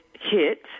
hit